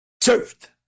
served